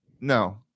No